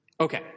Okay